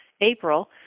April